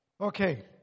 Okay